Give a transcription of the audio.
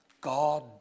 God